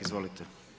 Izvolite.